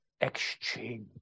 exchange